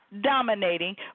dominating